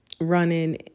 running